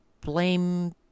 blame